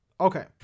okay